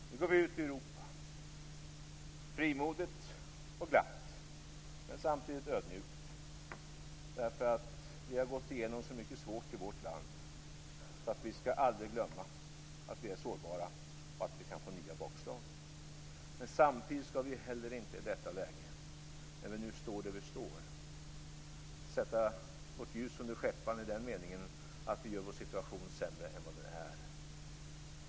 Nu går vi ut i Europa frimodigt och glatt, men samtidigt ödmjukt, eftersom vi har gått igenom så mycket svårt i vårt land att vi aldrig skall glömma att vi är sårbara och kan få nya bakslag. Samtidigt skall vi heller inte i detta läge, när vi nu står där vi står, sätta vårt ljus under skäppan i den meningen att vi gör vår situation sämre än vad den är.